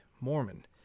Mormon